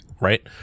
Right